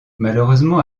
malheureusement